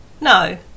no